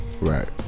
Right